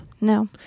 No